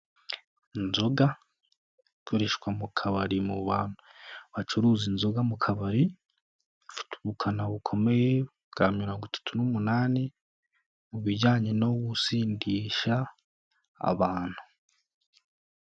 Inzoga zikoreshwa mu kabari mu bantu bacuruza inzoga mu kabari ifite ubukana bukomeye bwa mirongo itatu n'umunani mu bijyanye no gusindisha abantu.